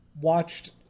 watched